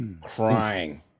crying